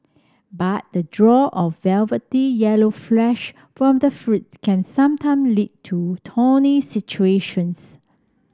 but the draw of velvety yellow flesh from the fruits can sometime lead to situations